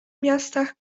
miastach